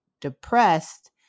depressed